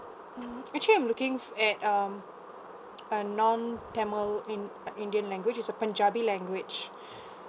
mm actually I'm looking at um a non tamil in~ uh indian language is a punjabi language